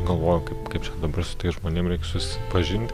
galvojau kaip čia dabar su tais žmonėm reiks susipažinti